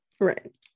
right